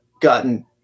gotten